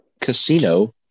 Casino